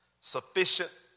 Sufficient